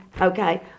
Okay